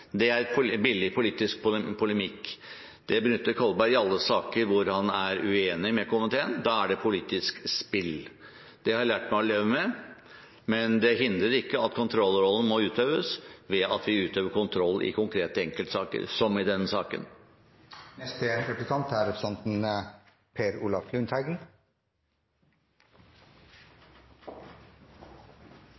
det er et spill, er billig politisk polemikk. Det benytter Kolberg seg av i alle saker hvor han er uenig med komiteen – da er det politisk spill. Det har jeg lært meg å leve med, men det hindrer ikke at kontrollrollen må utøves ved at vi utøver kontroll i konkrete enkeltsaker, som i denne saken. Både Senterpartiet og Høyre er